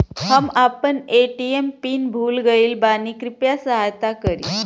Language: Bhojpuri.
हम आपन ए.टी.एम पिन भूल गईल बानी कृपया सहायता करी